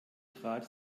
trat